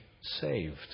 saved